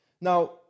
Now